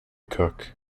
cook